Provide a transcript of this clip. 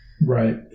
right